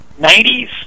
90s